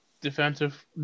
defensive